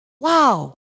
Wow